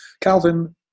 Calvin